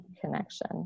connection